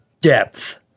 depth